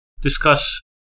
discuss